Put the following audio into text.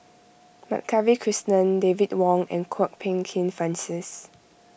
Madkavi Krishnan David Wong and Kwok Peng Kin Francis